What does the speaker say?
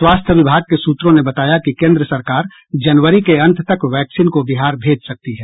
स्वास्थ्य विभाग के सूत्रों ने बताया कि केन्द्र सरकार जनवरी के अंत तक वैक्सीन को बिहार भेज सकती है